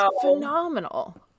phenomenal